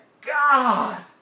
God